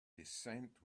descent